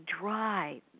dry